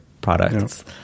products